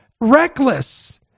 reckless